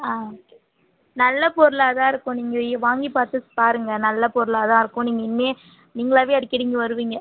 ஆ okay நல்ல பொருளாக தான் இருக்கும் நீங்கள் வாங்கி பாத்துட்டு பாருங்கள் நல்ல பொருளாக தான் இருக்கும் நீங்கள் நீங்களாவே அடிக்கடி இங்கே வருவீங்க